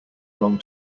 long